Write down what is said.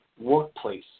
workplace